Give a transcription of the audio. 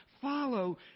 follow